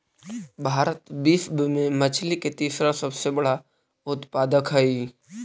भारत विश्व में मछली के तीसरा सबसे बड़ा उत्पादक हई